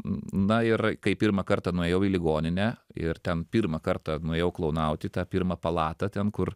na ir kai pirmą kartą nuėjau į ligoninę ir ten pirmą kartą nuėjau klounauti į tą pirmą palatą ten kur